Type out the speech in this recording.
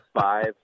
five